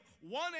one